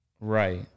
Right